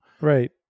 Right